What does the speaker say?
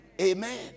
amen